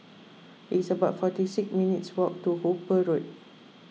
it's about forty six minutes' walk to Hooper Road